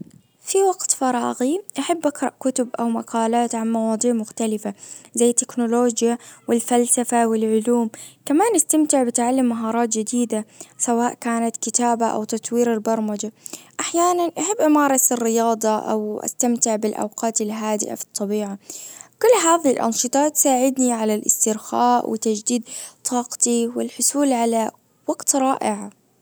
في وقت فراغي احب اقرأ كتب او مقالات عن مواضيع مختلفة زي التكنولوجيا والفلسفة والعلوم كمان استمتع بتعلم مهارات جديدة سواء كانت كتابة او تطوير البرمجة احيانا احب امارس الرياضة او استمتع بالاوقات الهادئة في الطبيعة. كل هاذي الانشطة تساعدني على الاسترخاء وتجديد طاقتي والحصول على وقت رائع.